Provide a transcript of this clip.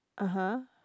(uh huh)